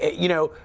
you know,